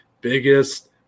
biggest